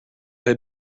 have